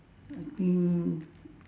I think